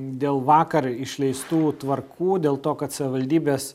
dėl vakar išleistų tvarkų dėl to kad savivaldybės